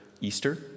easter